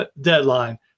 deadline